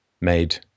made